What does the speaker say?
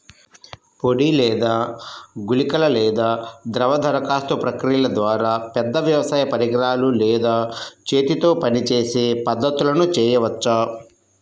పొడి లేదా గుళికల లేదా ద్రవ దరఖాస్తు ప్రక్రియల ద్వారా, పెద్ద వ్యవసాయ పరికరాలు లేదా చేతితో పనిచేసే పద్ధతులను చేయవచ్చా?